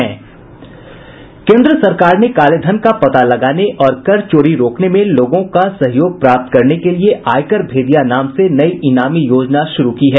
केन्द्र सरकार ने कालेधन का पता लगाने और कर चोरी रोकने में लोगों का सहयोग प्राप्त करने के लिए आयकर भेदिया नाम से नई ईनामी योजना शुरू की है